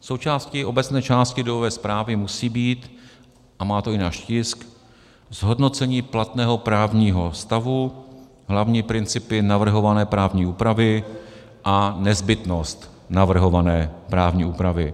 Součástí obecné části důvodové zprávy musí být, a má to i náš tisk, zhodnocení platného právního stavu, hlavní principy navrhované právní úpravy a nezbytnost navrhované právní úpravy.